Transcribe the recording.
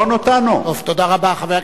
תודה רבה, חבר הכנסת מגלי והבה.